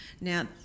Now